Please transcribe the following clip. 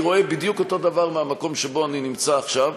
אני רואה בדיוק אותו דבר מהמקום שבו אני נמצא עכשיו.